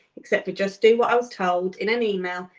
except to just do what i was told in an email,